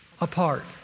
apart